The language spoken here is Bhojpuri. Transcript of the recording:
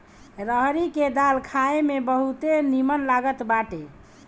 रहरी के दाल खाए में बहुते निमन लागत बाटे